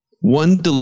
One